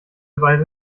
weise